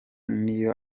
niyo